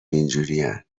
اینجورین